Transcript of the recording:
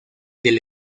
del